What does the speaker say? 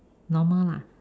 normal lah